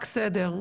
רק סדר.